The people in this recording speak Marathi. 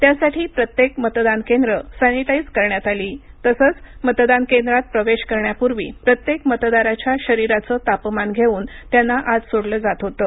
त्यासाठी प्रत्येक मतदान केंद्र सॅनिटाईज करण्यात आली तसंच मतदान केंद्रात प्रवेश करण्यापूर्वी प्रत्येक मतदाराच्या शरीराचं तापमान घेऊन त्यांना आत सोडलं जात होतं